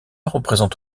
représente